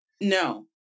No